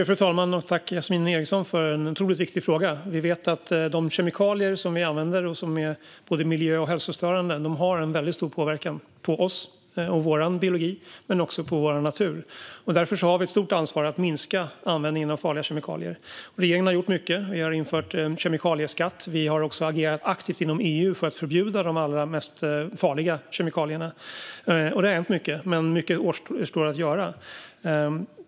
Fru talman! Tack, Yasmine Eriksson, för en otroligt viktig fråga! Vi vet att de kemikalier som används som är miljö och hälsostörande har en väldigt stor påverkan på oss och på vår biologi men också på vår natur. Därför har vi ett stort ansvar att minska användningen av farliga kemikalier. Regeringen har gjort mycket. Vi har infört en kemikalieskatt. Vi har också agerat aktivt inom EU för att förbjuda de allra farligaste kemikalierna. Det har hänt mycket, men mycket återstår att göra.